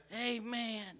Amen